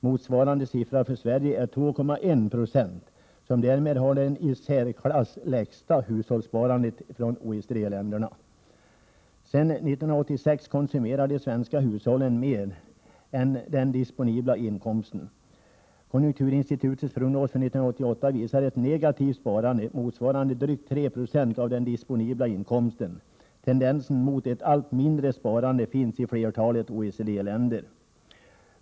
Motsvarande siffra för Sverige är 2,1 procent, som därmed har det i särklass lägsta hushållssparandet bland OECD-länderna. Sedan 1986 konsumerar de svenska hushållen mer än den disponibla inkomsten. Konjunkturinstitutets prognos för 1988 visar ett negativt sparande motsvarande drygt 3 procent av den disponibla inkomsten. Tendensen mot ett allt mindre sparande finns i flertalet OECD-länder.